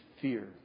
fear